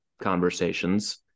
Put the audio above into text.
conversations